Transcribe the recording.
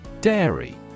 Dairy